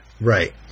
Right